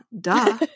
Duh